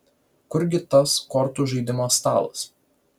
kur gi tas kortų žaidimo stalas